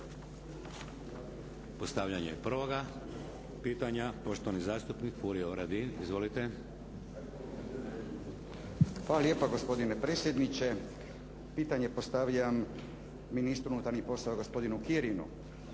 postavljanje prvoga pitanja. Poštovani zastupnik Furio Radin, izvolite. **Radin, Furio (Nezavisni)** Hvala lijepa gospodine predsjedniče. Pitanje postavljam ministru unutarnjih poslova gospodinu Kirinu.